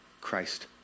Christ